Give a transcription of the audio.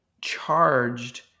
charged